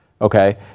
Okay